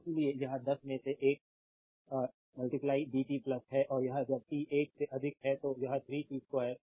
तो इसीलिए यह दस में से एक dt है और जब t एक से अधिक है तो यह 3 t 2 a है